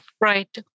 Right